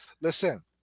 listen